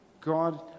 God